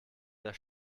der